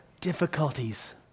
difficulties